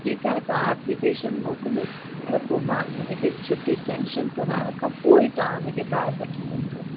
ठीकु आहे तव्हां एप्लीकेशन मोकलियो त पोइ मां उनखे छुट्टी सेंशन कराइण खां पोइ ई तव्हां उनखे ॿाहिरि वठी वञिजो